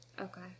Okay